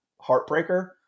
heartbreaker